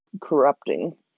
corrupting